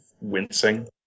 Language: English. wincing